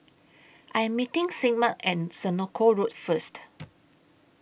I Am meeting Sigmund At Senoko Road First